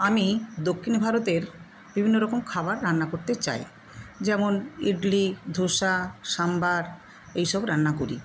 আমি দক্ষিণ ভারতের বিভিন্ন রকম খাবার রান্না করতে চাই যেমন ইডলি ধোসা সাম্বার এই সব রান্না করি